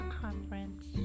conference